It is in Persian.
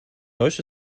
هاشو